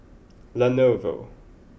Lenovo